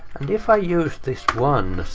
and if i use this once.